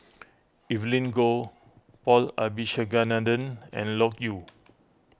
Evelyn Goh Paul Abisheganaden and Loke Yew